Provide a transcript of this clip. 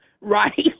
right